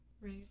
Right